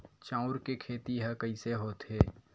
चांउर के खेती ह कइसे होथे?